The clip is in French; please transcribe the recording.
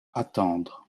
attendre